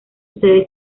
sede